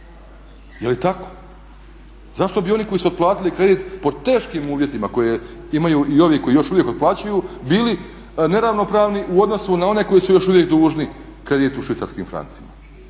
Je li tako? Zašto bi oni koji su otplatili kredit pod teškim uvjetima koje imaju i ovi koji još uvijek otplaćuju bili neravnopravni u odnosu na one koji su još uvijek dužni kredit u švicarskim francima?